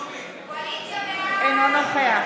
אינו נוכח